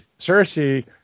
cersei